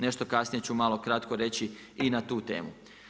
Nešto kasnije ću malo kratko reći i na tu temu.